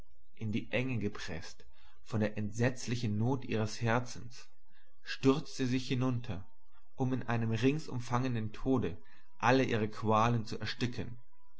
in die enge gepreßt von der entsetzlichen not ihres herzens stürzt sie sich hinunter um in einem rings umfangenden tode alle ihre qualen zu ersticken